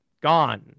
gone